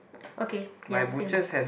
okay ya same